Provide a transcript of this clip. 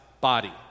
body